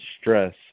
stress